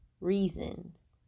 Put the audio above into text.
reasons